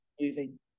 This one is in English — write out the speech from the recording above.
moving